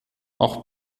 auch